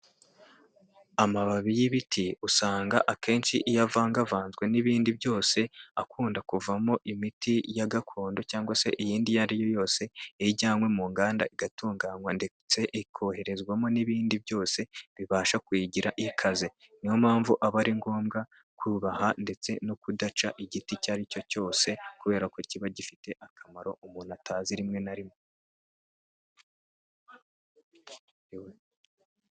Amababi y'ibiti usanga akenshi iyo avanga avanzwe n'ibindi byose akunda kuvamo imiti ya gakondo cyangwa se iyindi iyo ari yo yose ijyanywe mu nganda igatunganywa ndetse ikoherezwamo n'ibindi byose bibasha kuyigira ikaze, niyo mpamvu aba ari ngombwa kubaha ndetse no kudaca igiti icyo aricyo cyose kubera ko kiba gifite akamaro umuntu atazi rimwe na rimwe.